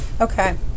okay